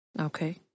Okay